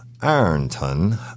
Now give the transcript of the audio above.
Ironton